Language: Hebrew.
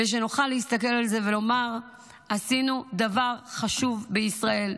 ושנוכל להסתכל על זה ולומר: עשינו דבר חשוב בישראל.